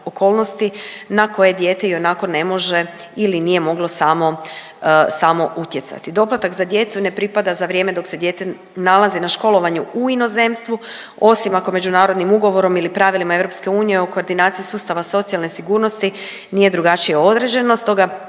na koje dijete ionako ne može ili nije moglo samo, samo utjecati. Doplatak za djecu ne pripada za vrijeme dok se dijete nalazi na školovanju u inozemstvu, osim ako međunarodnim ugovorom ili pravilima EU o koordinaciji sustava socijalne sigurnosti nije drugačije određeno. Stoga